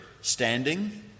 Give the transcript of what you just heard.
standing